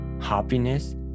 happiness